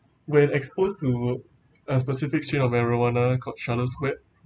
when exposed to uh specific strain of marijuana called Charlotte's web